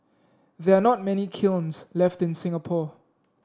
there are not many kilns left in Singapore